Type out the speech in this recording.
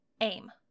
AIM